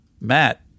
Matt